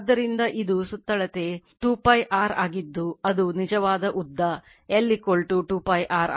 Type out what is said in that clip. ಆದ್ದರಿಂದ ಇದು ಸುತ್ತಳತೆ 2 π r ಆಗಿದ್ದು ಅದು ನಿಜವಾದ ಉದ್ದ l 2 π r ಆಗಿದೆ